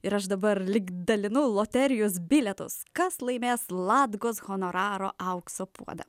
ir aš dabar lyg dalinau loterijos bilietus kas laimės latgos honoraro aukso puodą